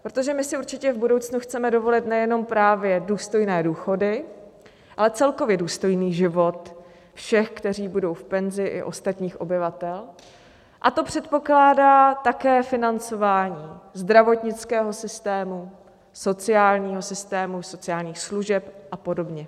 Protože my si určitě v budoucnu chceme dovolit nejenom právě důstojné důchody, ale celkově důstojný život všech, kteří budou v penzi, i ostatních obyvatel, a to předpokládá také financování zdravotnického systému, sociálního systému, sociálních služeb apod.